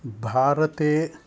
भारते